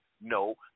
No